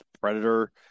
Predator